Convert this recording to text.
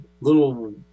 little